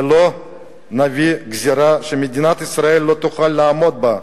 ולא נביא גזירה שמדינת ישראל לא תוכל לעמוד בה,